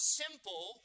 simple